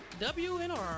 WNR